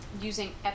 using